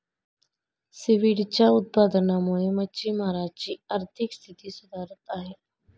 सीव्हीडच्या उत्पादनामुळे मच्छिमारांची आर्थिक स्थिती सुधारत आहे